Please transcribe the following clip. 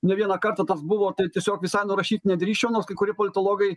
ne vieną kartą tas buvo tai tiesiog visai nurašyt nedrįsčiau nors kai kurie politologai